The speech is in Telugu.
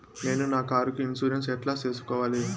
నేను నా కారుకు ఇన్సూరెన్సు ఎట్లా సేసుకోవాలి